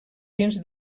dins